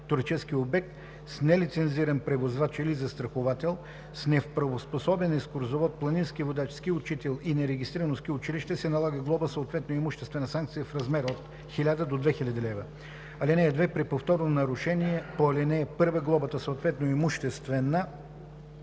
туристически обект, с нелицензиран превозвач или застраховател, с неправоспособен екскурзовод, планински водач, ски учител и нерегистрирано ски училище, се налага глоба, съответно имуществена санкция в размер от 1000 до 2000 лв. (2) При повторно нарушение по ал. 1 глобата, съответно имуществената